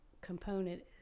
component